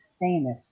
famous